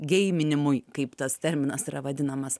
geiminimui kaip tas terminas yra vadinamas